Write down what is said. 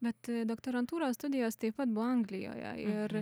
bet doktorantūros studijos taip pat buvo anglijoje ir